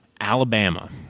Alabama